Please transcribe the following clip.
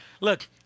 Look